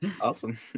Awesome